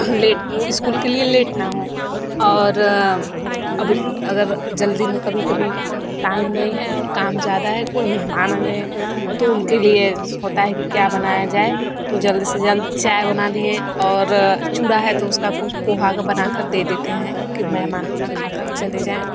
late वे school के लिए लेट न हों और अब अगर जल्दी में कभी कभी टाइम नहीं है और काम ज़्यादा है कोई मेहमान आ गए तो उनके लिए होता है कि क्या बनाया जाए तो जल्द से जल्द चाय बना दिए और चूड़ा है तो उसका कुछ पोहा बनाकर दे देते हैं कि मेहमान अपना खाकर चले जाएँ